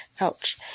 ouch